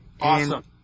Awesome